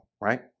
Right